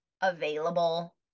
available